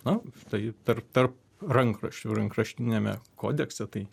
na tai tarp tarp rankraščių rankraštiniame kodekse tai